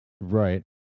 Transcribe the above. Right